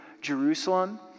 Jerusalem